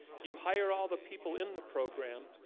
you hire all the people in the program,